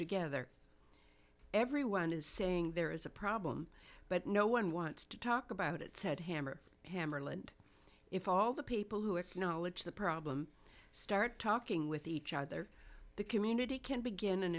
together everyone is saying there is a problem but no one wants to talk about it said hammer hammarlund if all the people who acknowledge the problem start talking with each other the community can begin an